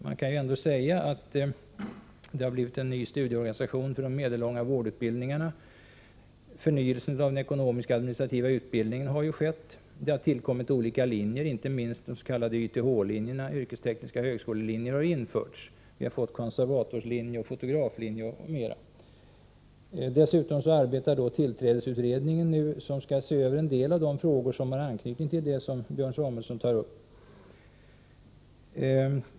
Man har fått en ny studieorganisation för de medellånga vårdutbildningarna, det har skett en förnyelse av den ekonomisk-administrativa utbildningen, det har tillkommit olika linjer — inte minst de s.k. YTH-linjerna, yrkestekniska högskolelinjer. Vi har fått konservatorslinje, fotograflinje m.m. Dessutom arbetar nu tillträdesutredningen, som skall se över en del av de frågor som har anknytning till det som Björn Samuelson tar upp.